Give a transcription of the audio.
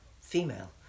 female